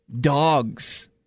dogs